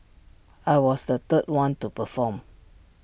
I was the third one to perform